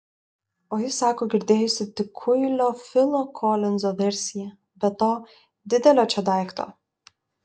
o ji sako girdėjusi tik kuilio filo kolinzo versiją be to didelio čia daikto